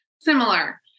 similar